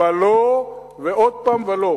ולא, ולא, ועוד פעם: ולא.